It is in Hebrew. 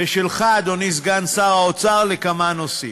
ושלך, אדוני סגן שר האוצר, לכמה נושאים.